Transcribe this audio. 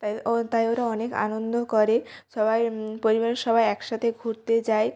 তাই ও তাই ওরা অনেক আনন্দও করে সবাই পরিবারের সবাই একসাথে ঘুরতে যায়